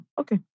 Okay